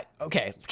okay